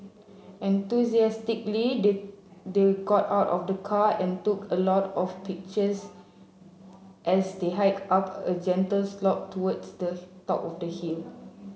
enthusiastically they they got out of the car and took a lot of pictures as they hiked up a gentle slope towards the top of the hill